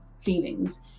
feelings